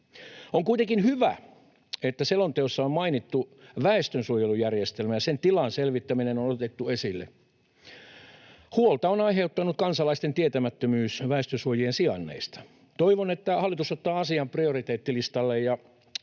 On kuitenkin hyvä, että selonteossa on mainittu väestönsuojelujärjestelmä, ja sen tilan selvittäminen on otettu esille. Huolta on aiheuttanut kansalaisten tietämättömyys väestönsuojien sijainneista. Toivon, että hallitus ottaa asian prioriteettilistalle, ja